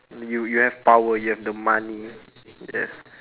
you you have power you have the money yes